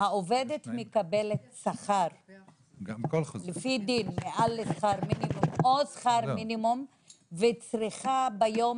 העובדת מקבלת שכר לפי דין מעל לשכר מינימום או שכר מינימום וצריכה ביום